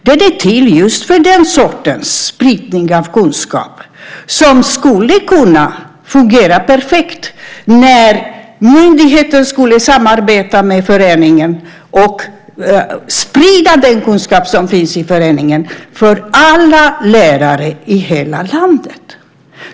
Den är till just för den sortens spridning av kunskap som skulle kunna fungera perfekt om myndigheten skulle samarbeta med föreningen och sprida den kunskap som finns i föreningen till alla lärare i hela landet.